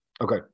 Okay